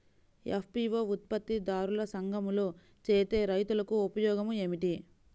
FPO ఉత్పత్తి దారుల సంఘములో చేరితే రైతులకు ఉపయోగము ఏమిటి?